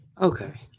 Okay